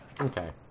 Okay